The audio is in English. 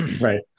Right